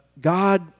God